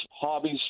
hobbies